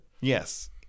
Yes